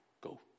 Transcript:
Go